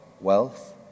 wealth